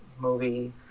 Movie